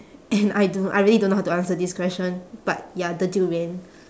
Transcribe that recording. and I do~ I really don't know how to answer this question but ya the durian